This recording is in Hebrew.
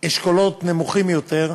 לאשכולות נמוכים יותר,